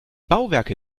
bauwerke